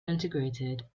integrated